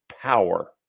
power